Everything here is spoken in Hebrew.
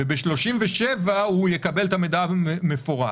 ובסעיף 37 הוא יקבל את המידע המפורט,